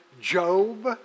Job